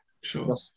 Sure